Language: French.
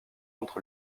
entre